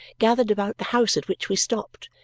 gathered about the house at which we stopped,